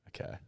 Okay